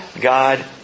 God